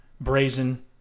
brazen